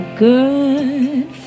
good